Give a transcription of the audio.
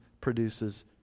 produces